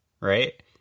right